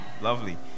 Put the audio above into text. lovely